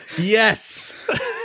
yes